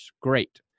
great